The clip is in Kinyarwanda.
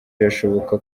birashoboka